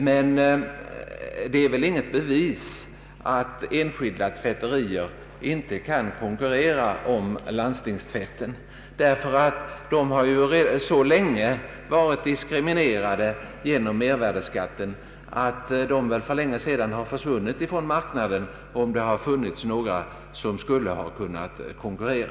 Men det är väl ändå inget bevis för att allt är väl beställt, att enskilda tvätterier inte kan konkurrera om landstingstvätten. De enskilda tvätterierna har så länge varit diskriminerade genom mervärdeskatt att de som skulle ha kunnat konkurrera för länge sedan försvunnit från marknaden.